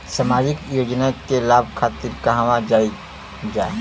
सामाजिक योजना के लाभ खातिर कहवा जाई जा?